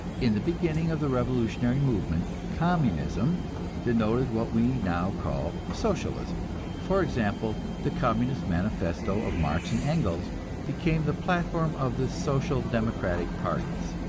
in the beginning of the revolutionary movement communism denoted what we now call socialism for example, the communist manifesto of marx and engels became the platform of the social-democratic parties.